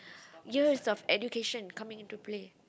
years of the education coming into play